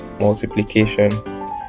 multiplication